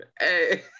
hey